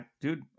Dude